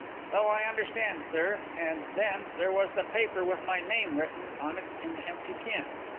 so i understand, sir. and, then, there was the paper with my name written on it in the empty tin.